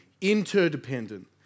interdependent